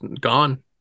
Gone